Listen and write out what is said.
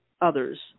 others